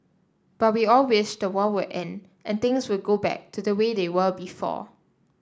but we all wished the war will end and things will go back to the way they were before